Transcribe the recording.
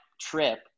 trip